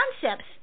concepts